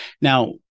Now